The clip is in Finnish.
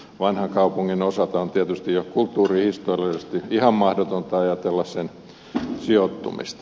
vanhan kaupungin osalta on tietysti jo kulttuurihistoriallisesti ihan mahdotonta ajatella sen sijoittumista